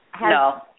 No